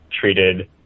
treated